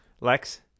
Lex